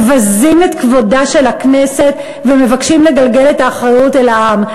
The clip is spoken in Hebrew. מבזים את כבודה של הכנסת ומבקשים לגלגל את האחריות אל העם.